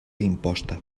imposta